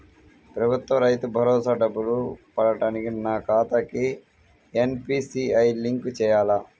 ప్రభుత్వ రైతు భరోసా డబ్బులు పడటానికి నా ఖాతాకి ఎన్.పీ.సి.ఐ లింక్ చేయాలా?